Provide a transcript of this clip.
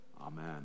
Amen